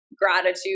gratitude